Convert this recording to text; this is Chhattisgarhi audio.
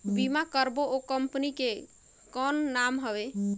बीमा करबो ओ कंपनी के कौन नाम हवे?